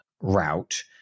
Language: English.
route